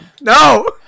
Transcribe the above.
No